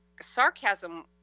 sarcasm